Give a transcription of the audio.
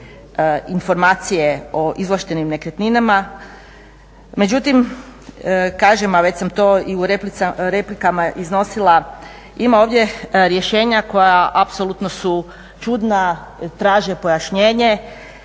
informacije o izvlaštenim nekretninama. Međutim, kažem a već sam to i u replikama iznosila ima ovdje rješenja koja apsolutno su čudna, traže pojašnjenje.